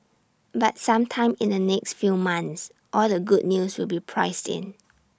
but sometime in the next few months all the good news will be priced in